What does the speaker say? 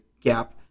gap